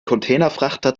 containerfrachter